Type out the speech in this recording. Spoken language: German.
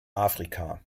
afrika